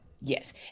Yes